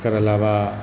एकर अलावा